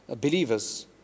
believers